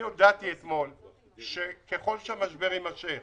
אני הודעתי אתמול שככל שהמשבר יימשך